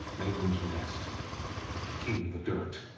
laying them to rest within the dirt,